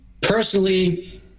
personally